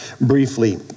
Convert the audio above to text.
briefly